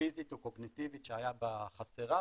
פיזית או קוגניטיבית שהייתה חסרה,